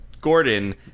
gordon